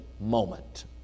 Moment